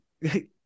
hey